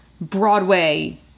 Broadway